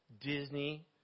Disney